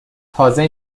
تازه